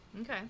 Okay